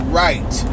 right